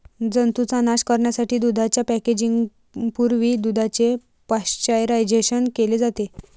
जंतूंचा नाश करण्यासाठी दुधाच्या पॅकेजिंग पूर्वी दुधाचे पाश्चरायझेशन केले जाते